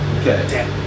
Okay